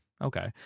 okay